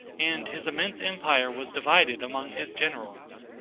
and his immense empire was divided among his generals.